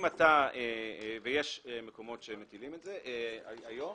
ויש מקומות שמטילים את זה היום: